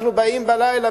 אנחנו באים בלילה,